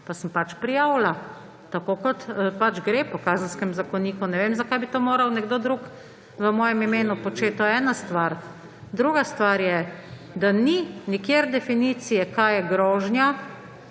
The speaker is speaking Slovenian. Pa sem pač prijavila, tako kot gre po Kazenskem zakoniku. Ne vem, zakaj bi to moral nekdo drug v mojem imenu početi. To je ena stvar. Druga stvar je, da ni nikjer definicije, kaj je grožnja.